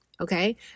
okay